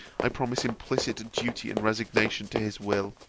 i promise implicit duty and resignation to his will.